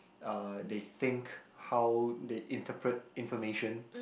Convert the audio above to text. uh they think how they interpret information